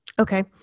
Okay